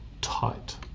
tight